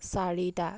চাৰিটা